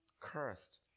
Cursed